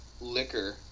liquor